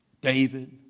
David